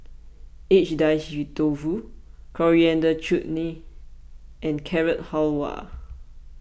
Agedashi Dofu Coriander Chutney and Carrot Halwa